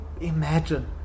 imagine